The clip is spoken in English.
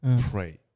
pray